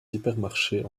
hypermarchés